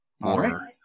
more